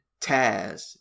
Taz